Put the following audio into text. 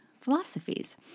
philosophies